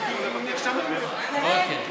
אוקיי.